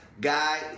Guy